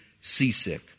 seasick